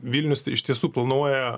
vilnius iš tiesų planuoja